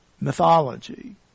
mythology